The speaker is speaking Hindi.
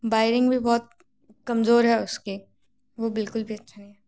बाइरिंग भी बहुत कमज़ोर है उसकी वो बिल्कुल भी अच्छा नहीं है